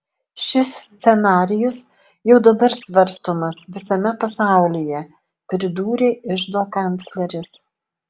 šis scenarijus jau dabar svarstomas visame pasaulyje pridūrė iždo kancleris